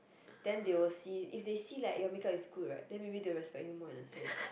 then they will see if they see like your makeup is good right then maybe they will respect more on the sense